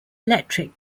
electric